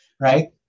right